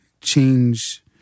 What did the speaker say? change